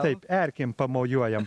taip erkėm pamojuojam